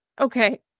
Okay